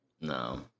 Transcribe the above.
No